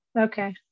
okay